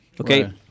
Okay